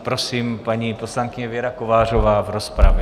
Prosím, paní poslankyně Věra Kovářová v rozpravě.